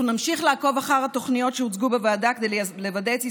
אנחנו נמשיך לעקוב אחר התוכניות שהוצגו בוועדה כדי לוודא את יישומן.